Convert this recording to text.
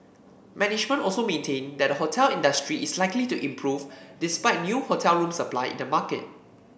management also maintain that the hotel industry is likely to improve despite new hotel room supply in the market